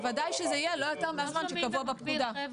בוודאי שזה יהיה לא יותר מהזמן שקבוע בפקודה.